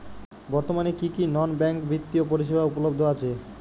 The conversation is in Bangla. বর্তমানে কী কী নন ব্যাঙ্ক বিত্তীয় পরিষেবা উপলব্ধ আছে?